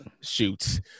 shoot